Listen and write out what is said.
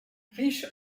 riche